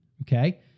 Okay